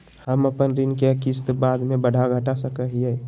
हम अपन ऋण के किस्त बाद में बढ़ा घटा सकई हियइ?